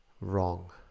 Wrong